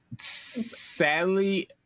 sadly